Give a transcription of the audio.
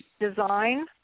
design